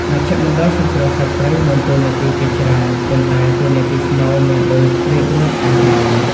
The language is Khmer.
មជ្ឈមណ្ឌលសង្គ្រោះសត្វព្រៃមានតួនាទីជាច្រើន ប៉ុន្តែតួនាទីស្នូលមានដូចរៀបរាប់ខាងក្រោម។